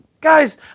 guys